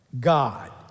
God